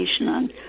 on